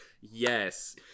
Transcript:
yes